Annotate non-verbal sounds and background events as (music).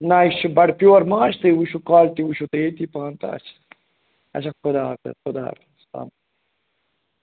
نَہ یہِ چھُ بَڈٕ پیُور ماچھ تُہۍ وٕچھِو کالٹی وٕچھِو تُہۍ ییٚتی پانہٕ تہٕ (unintelligible) اَچھا خُدا حافظ خُدا حافِظ (unintelligible)